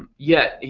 yet, yeah